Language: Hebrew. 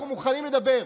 אנחנו מוכנים לדבר,